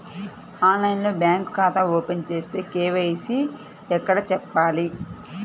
ఆన్లైన్లో బ్యాంకు ఖాతా ఓపెన్ చేస్తే, కే.వై.సి ఎక్కడ చెప్పాలి?